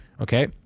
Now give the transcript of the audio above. Okay